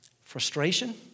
Frustration